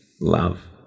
love